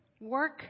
work